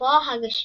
גופו הגשמי.